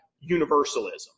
universalism